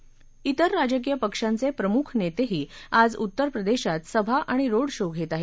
ात्रिर राजकीय पक्षांचे प्रमुख नेतेही आज उत्तरप्रदेशात सभा आणि रोड शो घेणार आहेत